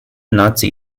nazi